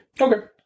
Okay